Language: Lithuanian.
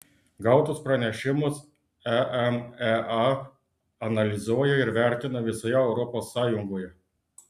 gautus pranešimus emea analizuoja ir vertina visoje europos sąjungoje